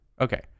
okay